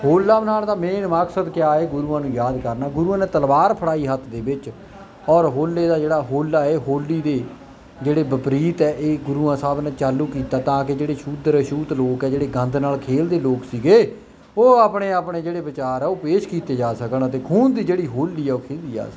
ਹੋਲਾ ਮਨਾਉਣ ਦਾ ਮੇਨ ਮਕਸਦ ਕਿਆ ਹੈ ਗੁਰੂਆਂ ਨੂੰ ਯਾਦ ਕਰਨਾ ਗੁਰੂਆਂ ਨੇ ਤਲਵਾਰ ਫੜਾਈ ਹੱਥ ਦੇ ਵਿੱਚ ਔਰ ਹੋਲੇ ਦਾ ਜਿਹੜਾ ਹੋਲਾ ਹੈ ਹੋਲੀ ਦੇ ਜਿਹੜੇ ਵਿਪਰੀਤ ਹੈ ਇਹ ਗੁਰੂਆਂ ਸਾਹਿਬ ਨੇ ਚਾਲੂ ਕੀਤਾ ਤਾਂ ਕਿ ਜਿਹੜੇ ਸ਼ੂਦਰ ਅਸ਼ੂਤ ਲੋਕ ਹੈ ਜਿਹੜੇ ਗੰਦ ਨਾਲ ਖੇਡਦੇ ਲੋਕ ਸੀਗੇ ਉਹ ਆਪਣੇ ਆਪਣੇ ਜਿਹੜੇ ਵਿਚਾਰ ਆ ਉਹ ਪੇਸ਼ ਕੀਤੇ ਜਾ ਸਕਣ ਅਤੇ ਖੂਨ ਦੀ ਜਿਹੜੀ ਹੋਲੀ ਆ ਉਹ ਖੇਡੀ ਜਾ ਸਕੇ